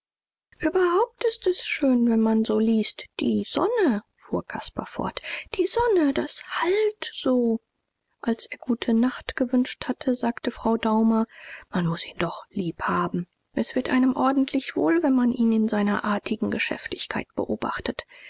überhaupt ist es schön wenn man so liest die sonne fuhr caspar fort die sonne das hallt so als er gute nacht gewünscht hatte sagte frau daumer man muß ihn doch lieb haben es wird einem ordentlich wohl wenn man ihn in seiner artigen geschäftigkeit beobachtet